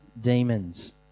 demons